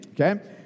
Okay